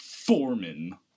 Foreman